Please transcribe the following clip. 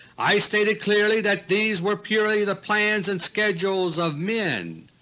i stated clearly that these were purely the plans and schedules of men.